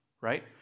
right